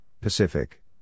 Pacific